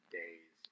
days